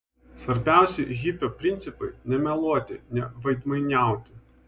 svarbiausi hipio principai nemeluoti neveidmainiauti